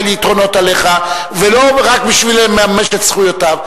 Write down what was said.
יתרונות עליך ולא רק בשביל לממש את זכויותיו.